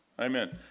Amen